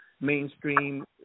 mainstream